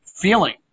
feeling